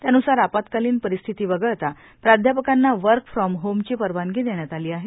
त्यानुसार आपत्कालीन परिस्थिती वगळता प्राध्यापकांना वर्क फॉर्म होम ची परवानगी देण्यात आली आहे